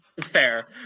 fair